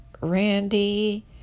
Randy